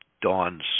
Dawn's